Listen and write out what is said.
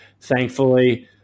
thankfully